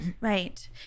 Right